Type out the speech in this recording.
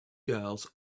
girls